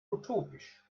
utopisch